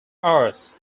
arts